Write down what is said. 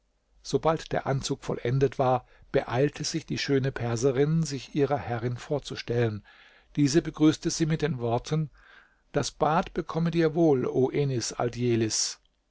sobald der anzug vollendet war beeilte sich die schöne perserin sich ihrer herrin vorzustellen diese begrüßte sie mit den worten das bad bekomme dir wohl o enis